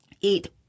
eat